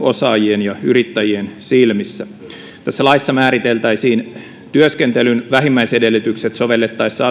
osaajien ja yrittäjien silmissä tässä laissa määriteltäisiin työskentelyn vähimmäisedellytykset sovellettaessa